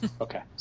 Okay